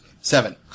Seven